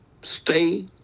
stay